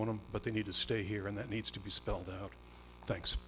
own them but they need to stay here and that needs to be spelled out thanks